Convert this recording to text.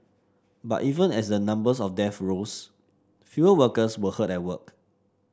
but even as the numbers of deaths rose fewer workers were hurt at work